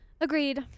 Agreed